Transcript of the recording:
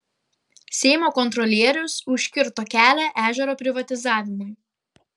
seimo kontrolierius užkirto kelią ežero privatizavimui